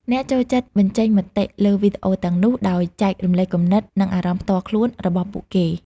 អ្នកចូលចិត្តបញ្ចេញមតិលើវីដេអូទាំងនោះ ដោយ ចែករំលែកគំនិត និងអារម្មណ៍ផ្ទាល់ខ្លួនរបស់ពួកគេ។